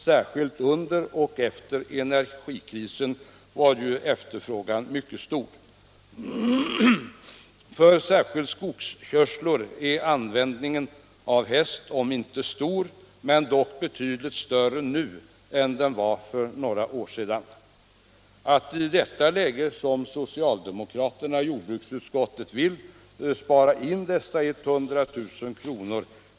Särskilt under och efter energikrisen var efterfrågan mycket stor. För särskilt skogskörslor är användningen av häst om inte stor så dock betydligt större nu än för några år sedan. Att i detta läge, som socialdemokraterna i jordbruksutskottet vill, spara in 100 000 kr.